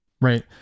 Right